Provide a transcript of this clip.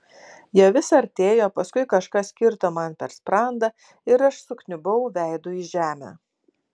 jie vis artėjo paskui kažkas kirto man per sprandą ir aš sukniubau veidu į žemę